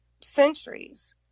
centuries